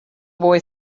boy